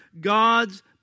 God's